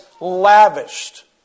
lavished